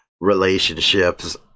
relationships